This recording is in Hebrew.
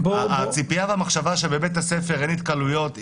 הציפייה והמחשבה שבבית הספר אין התקהלויות,